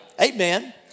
Amen